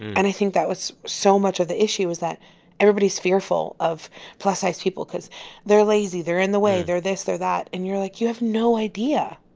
and i think that was so much of the issue was that everybody is fearful of plus-sized people because they're lazy, they're in the way, they're this, they're that. and you're like, you have no idea.